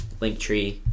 Linktree